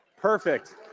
perfect